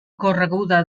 correguda